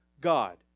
God